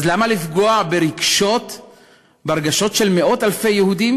אז למה לפגוע ברגשות של מאות-אלפי יהודים?